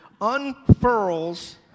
unfurls